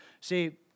see